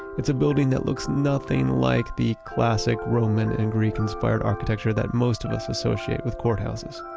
it's a building that looks nothing like the classic roman and greek-inspired architecture that most of us associate with courthouses